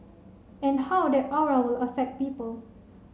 and how that aura will affect people